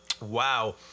Wow